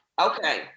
Okay